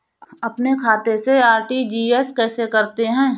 अपने खाते से आर.टी.जी.एस कैसे करते हैं?